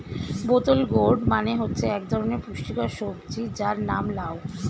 বোতল গোর্ড মানে হচ্ছে এক ধরনের পুষ্টিকর সবজি যার নাম লাউ